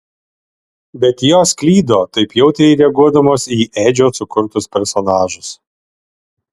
bet jos klydo taip jautriai reaguodamos į edžio sukurtus personažus